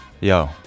Yo